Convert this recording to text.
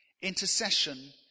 intercession